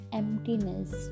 emptiness